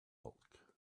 bulk